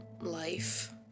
life